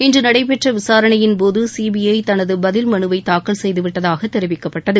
இன்று நடைபெற்ற விசாரணையின்போது சீபிஐ தனது பதில் மனுவை தாக்கல் செய்துவிட்டதாக தெரிவிக்கப்பட்டது